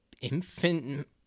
infant